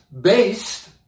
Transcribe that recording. based